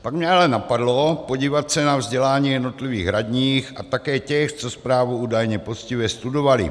Pak mě ale napadlo podívat se na vzdělání jednotlivých radních a také těch, co zprávu údajně poctivě studovali.